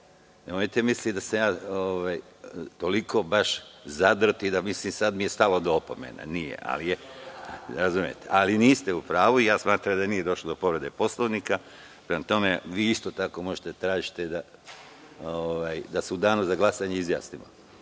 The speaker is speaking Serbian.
Nemojte misliti da sam ja toliko baš zadrt i da mislite da mi je sada stalo do opomene, nije. Razumete, ali niste u pravu i smatram da nije došlo do povrede Poslovnika. Prema tome, vi isto tako možete da tražite se u danu za glasanje izjasnimo.